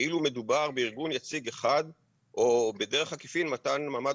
כאילו מדובר בארגון יציג אחד או בדרך עקיפין מתן מעמד